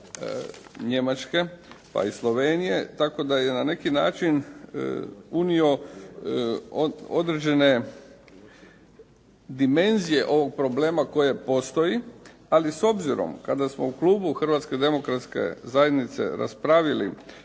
Njemačke pa i Slovenije tako da je na neki način unio određene dimenzije ovog problema koji postoji. Ali s obzirom kada smo u klubu Hrvatske demokratske zajednice raspravili